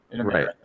Right